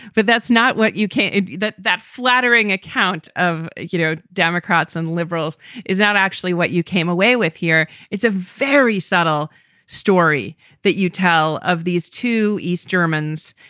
but that's not what you can't do. that flattering account of, you know, democrats and liberals is not actually what you came away with here. it's a very subtle story that you tell of these two east germans.